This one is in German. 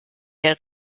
der